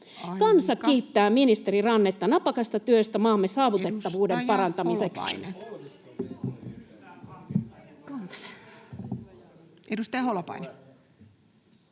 Kansa kiittää ministeri Rannetta napakasta työstä maamme saavutettavuuden parantamiseksi. [Speech